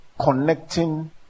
connecting